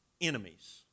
enemies